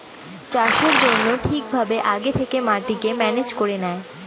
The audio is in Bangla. চাষের জন্য ঠিক ভাবে আগে থেকে মাটিকে ম্যানেজ করে নেয়